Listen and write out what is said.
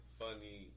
funny